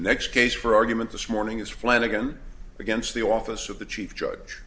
next case for argument this morning is flanagan against the office of the chief